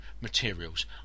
materials